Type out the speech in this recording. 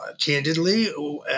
candidly